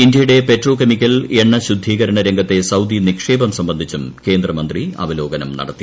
ഇൻഡൃയുടെ petrochemical എണ്ണ ശുദ്ധീകരണ രംഗത്തെ സൌദി നിക്ഷേപം സംബന്ധിച്ചും കേന്ദ്ര മന്ത്രി അവലോകനം നടത്തി